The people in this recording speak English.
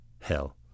Hell